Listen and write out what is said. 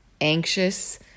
anxious